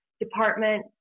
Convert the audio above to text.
department